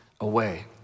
away